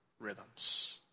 rhythms